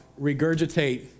regurgitate